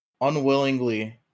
Unwillingly